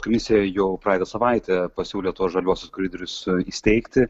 komisija jau praeitą savaitę pasiūlė tuos žaliuosius koridorius įsteigti